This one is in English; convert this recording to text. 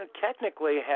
technically